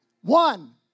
One